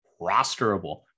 rosterable